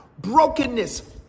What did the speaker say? Brokenness